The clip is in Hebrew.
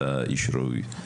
אתה איש ראוי.